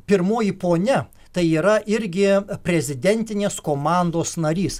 pirmoji ponia tai yra irgi prezidentinės komandos narys